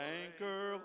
anchor